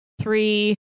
three